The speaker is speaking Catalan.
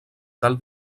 tal